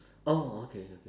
orh okay okay